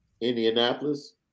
Indianapolis